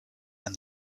and